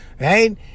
Right